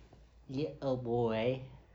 ya oh boy